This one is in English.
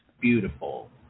beautiful